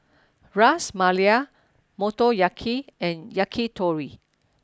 Ras Malai Motoyaki and Yakitori